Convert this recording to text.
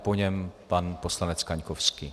Po něm pan poslanec Kaňkovský.